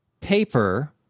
paper